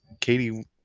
Katie